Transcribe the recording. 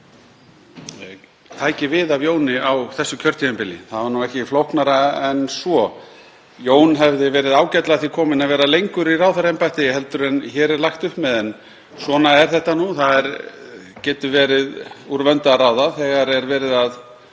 tæki við af Jóni á þessu kjörtímabili. Það var ekki flóknara en svo. Jón hefði verið ágætlega að því kominn að vera lengur í ráðherraembætti en hér er lagt upp með, en svona er þetta nú. Það getur verið úr vöndu að ráða þegar verið er